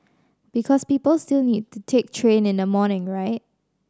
because people still need to take train in the morning right